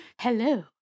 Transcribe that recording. hello